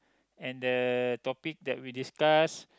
and the topic that we discuss